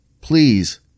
please